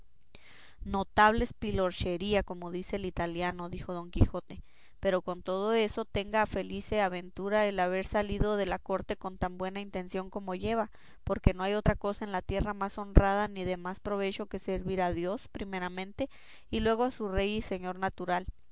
notable espilorchería como dice el italiano dijo don quijote pero con todo eso tenga a felice ventura el haber salido de la corte con tan buena intención como lleva porque no hay otra cosa en la tierra más honrada ni de más provecho que servir a dios primeramente y luego a su rey y señor natural